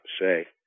say